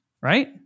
right